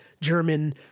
German